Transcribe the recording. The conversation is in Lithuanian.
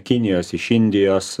kinijos iš indijos